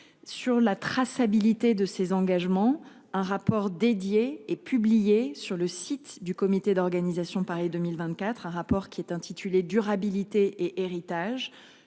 Sur la traçabilité de ses engagements. Un rapport dédié et publié sur le site du comité d'organisation Paris 2024, un rapport qui est intitulé durabilité héritage